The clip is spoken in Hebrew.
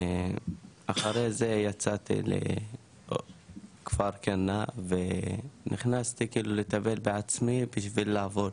ואחרי זה יצאתי לכפר כנא ונכנסתי כאילו לטפל בעצמי בשביל לעבוד,